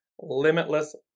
limitless